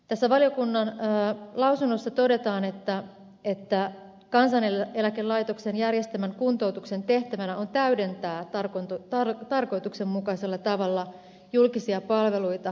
tässä valiokunnan lausunnossa todetaan että kansaneläkelaitoksen järjestämän kuntoutuksen tehtävänä on täydentää tarkoituksenmukaisella tavalla julkisia palveluita